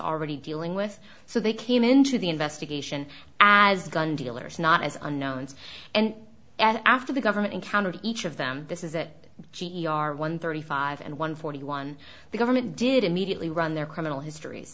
already dealing with so they came into the investigation as gun dealers not as unknowns and after the government encountered each of them this is it g e r one thirty five and one forty one the government did immediately run their criminal histories